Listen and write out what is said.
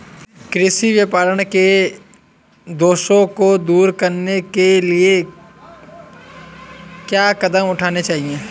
कृषि विपणन के दोषों को दूर करने के लिए क्या कदम उठाने चाहिए?